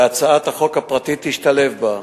והצעת החוק הפרטית תשתלב בה.